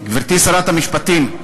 גברתי שרת המשפטים,